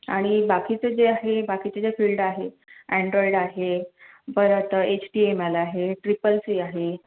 आणि बाकीचं जे आहे बाकीच्या ज्या फिल्ड आहेत अँड्रॉइड आहे परत एच टी एम एल आहे ट्रिपल सी आहे